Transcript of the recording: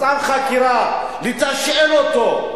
צו חקירה, לתשאל אותו.